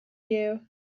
you